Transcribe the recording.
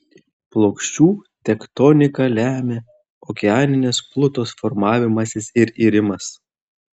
plokščių tektoniką lemia okeaninės plutos formavimasis ir irimas